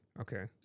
Okay